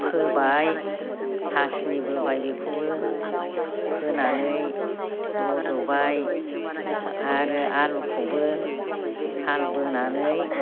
फोबाय हासिनि बोबाय बेखौबो फोनानै रज'बाय आरो आलुखौबो हाल बोनानै